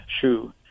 shoe